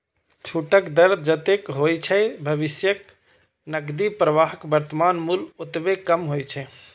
छूटक दर जतेक होइ छै, भविष्यक नकदी प्रवाहक वर्तमान मूल्य ओतबे कम होइ छै